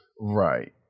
Right